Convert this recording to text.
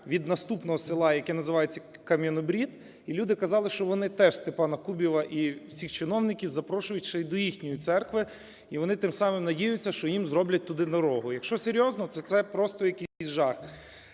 від наступного села, яке називається Кам'янобрід, і люди казали, що вони теж Степана Кубіва і всіх чиновників запрошують ще й до їхньої церкви, і вони тим самим надіються, що їм зроблять туди дорогу. Якщо серйозно, то це просто якийсь жах.